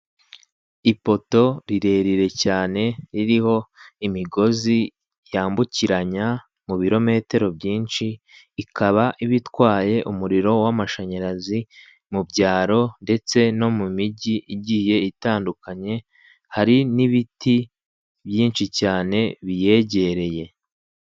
Ipoto rirerire cyane ririho imigozi yambukiranya mu birometero byinshi, ikaba iba itwaye umuriro w'amashanyarazi mu byaro ndetse no mu mijyi igiye itandukanye, hari n'ibiti byinshi cyane biyegereye.